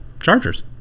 Chargers